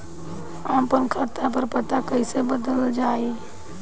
आपन खाता पर पता कईसे बदलल जाई?